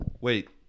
wait